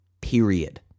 Period